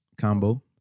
combo